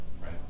right